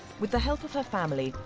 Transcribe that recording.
with the help of her family,